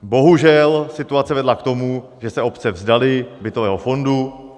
Bohužel situace vedla k tomu, že se obce vzdaly bytového fondu.